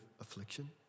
affliction